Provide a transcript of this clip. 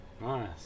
Nice